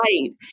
right